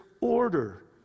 order